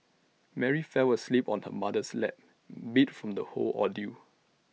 Mary fell asleep on her mother's lap beat from the whole ordeal